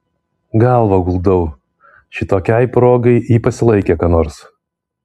galvą guldau šitokiai progai ji pasilaikė ką nors